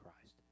Christ